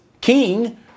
King